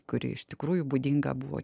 kuri iš tikrųjų būdinga buvo